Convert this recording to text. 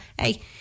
hey